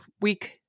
week